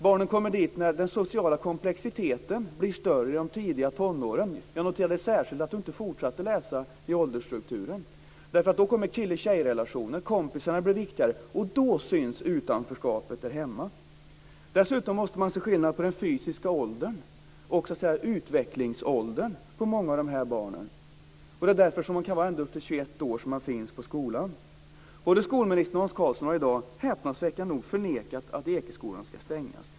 Barnen kommer dit när den sociala komplexiteten blir större i de tidiga tonåren. Jag noterade särskilt att ministern inte fortsatte att läsa i åldersstrukturen. Då kommer kille-tjejrelationen. Kompisarna blir viktigare. Då syns utanförskapet där hemma. Dessutom måste man se skillnad på den fysiska åldern och utvecklingsåldern på många av dessa barn. Därför kan det vara ända upp till 21 års ålder som man finns på skolan. Både skolministern och Hans Karlsson har i dag, häpnadsväckande nog, förnekat att Ekeskolan ska stängas.